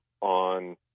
on